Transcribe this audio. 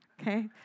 okay